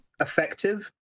effective